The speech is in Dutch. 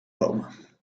rome